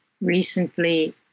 recently